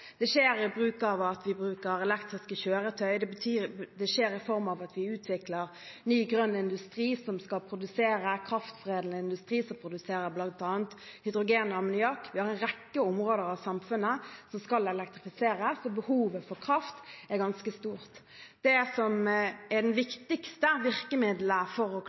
Det skjer ved at vi bruker elektriske kjøretøy, det skjer i form av at vi utvikler ny, grønn industri, bl.a. kraftkrevende industri som produserer hydrogen og ammoniakk. Vi har en rekke områder av samfunnet som skal elektrifiseres, og behovet for kraft er ganske stort. Det som er det viktigste virkemiddelet for å